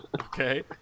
okay